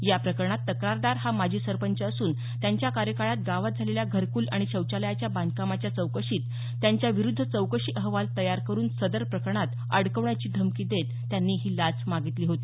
या प्रकरणात तक्रारदार हा माजी सरपंच असून त्यांच्या कार्यकाळात गावात झालेल्या घर्कुल आणि शौचालयाच्या बांधकामाच्या चौकशीत त्यांच्या विरूध्द चौकशी अहवाल तयार करून सदर प्रकरणात अडकविण्याची धमकी देत त्यांनी ही लाच मागितली होती